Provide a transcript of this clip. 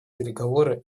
переговоры